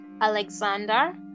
Alexander